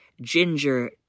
ginger